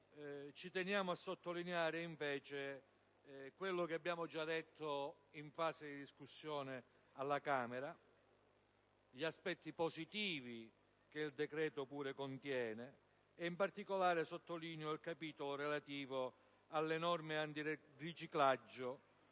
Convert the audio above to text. ci teniamo a sottolineare, come abbiamo già detto durante la discussione alla Camera, gli aspetti positivi che il decreto pure contiene. In particolare, sottolineo il capitolo relativo alle norme antiriciclaggio,